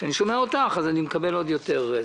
כשאני שומע אותך אני מקבל עוד יותר ---.